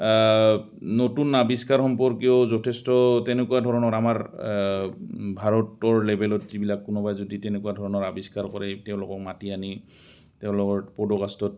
নতুন আৱিষ্কাৰ সম্পৰ্কীয় যথেষ্ট তেনেকুৱা ধৰণৰ আমাৰ ভাৰতৰ লেভেলত যিবিলাক কোনোবাই যদি তেনেকুৱা ধৰণৰ আৱিষ্কাৰ কৰে তেওঁলোকক মাতি আনি তেওঁলোকৰ পডকাষ্টত